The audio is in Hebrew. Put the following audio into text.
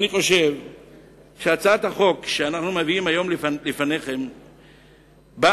אני חושב שהצעת החוק שאנחנו מביאים היום בפניכם עושה